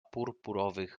purpurowych